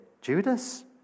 Judas